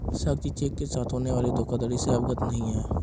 साक्षी cheque के साथ होने वाली धोखाधड़ी से अवगत नहीं है